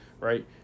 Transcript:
right